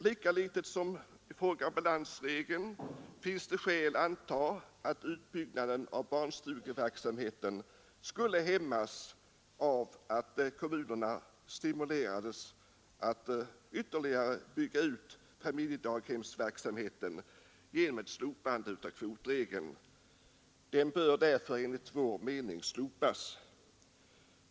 Lika litet som i fråga om balansregeln finns det skäl antaga att utbyggnaden av barnstugeverksamheten skulle hämmas av att kommunerna stimulerades att ytterligare bygga ut familjedaghemsverksamheten genom ett slopande av kvotregeln. Denna bör därför enligt vår mening slopas.